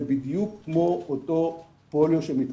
זה בדיוק כמו אותו פוליו שמתפשט.